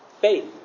faith